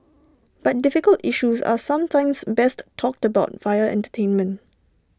but difficult issues are sometimes best talked about via entertainment